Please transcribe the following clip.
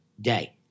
day